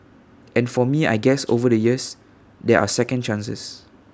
and for me I guess over the years there are second chances